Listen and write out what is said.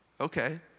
okay